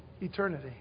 eternity